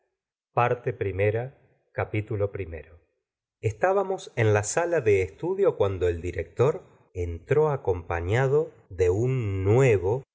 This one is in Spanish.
boyary e e primera parte en la sala de estudio cuando el director entró acompafiado de un nuevo